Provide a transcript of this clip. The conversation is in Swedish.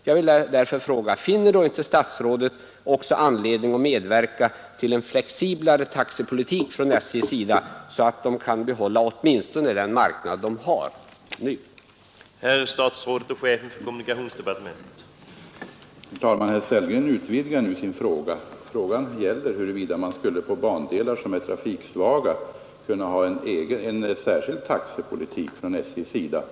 Jag vill därför fråga: Finner då inte statsrådet också anledning att medverka till en flexiblare taxepolitik från SJ:s sida så att företaget kan behålla åtminstone den marknad som det nu har?